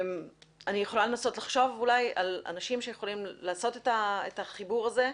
אני יכולה לנסות לחשוב אולי על אנשים שיכולים לעשות את החיבור הזה,